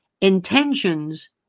Intentions